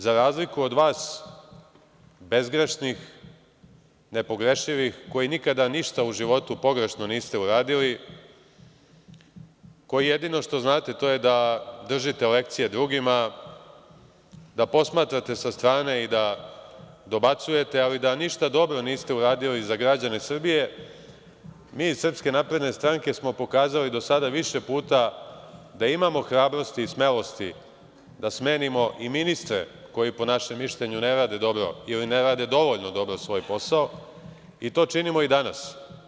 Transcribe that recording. Za razliku od vas bezgrešnih, nepogrešivih, koji nikada ništa u životu pogrešno niste uradili, koji jedino što znate to je da držite lekcije drugima, da posmatrate sa strane i da dobacujete, ali da ništa dobro niste uradili za građane Srbije, mi iz Srpske napredne stranke smo pokazali do sada više puta da imamo hrabrosti i smelosti da smenimo i ministre koji po našem mišljenju ne rade dobro ili ne rade dovoljno dobro svoj posao, a to činimo i danas.